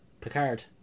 Picard